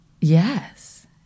Yes